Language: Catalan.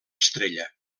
estrella